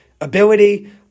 ability